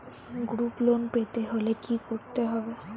Group loan পেতে হলে কি করতে হবে?